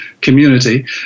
community